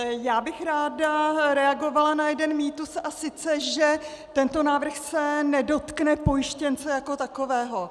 Já bych ráda reagovala na jeden mýtus, a sice že tento návrh se nedotkne pojištěnce jako takového.